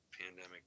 pandemic